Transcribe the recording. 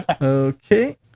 Okay